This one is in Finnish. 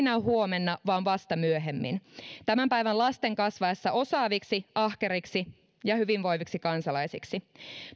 näy huomenna vaan vasta myöhemmin tämän päivän lasten kasvaessa osaaviksi ahkeriksi ja hyvinvoiviksi kansalaisiksi